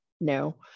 No